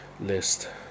list